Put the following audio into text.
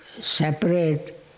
separate